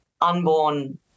unborn